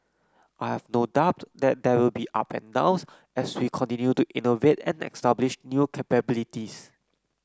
I have no doubt that there will be up and downs as we continue to innovate and establish new capabilities